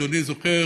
אדוני זוכר